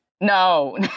No